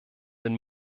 den